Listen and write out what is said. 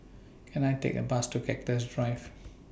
Can I Take A Bus to Cactus Drive